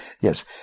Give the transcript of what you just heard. Yes